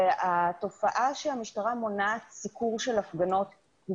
והתופעה שהמשטרה מונעת סיקור של הפגנות היא